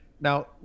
Now